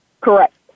Correct